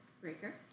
Breaker